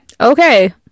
Okay